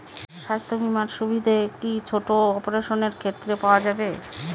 স্বাস্থ্য বীমার সুবিধে কি ছোট অপারেশনের ক্ষেত্রে পাওয়া যাবে?